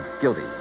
guilty